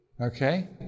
Okay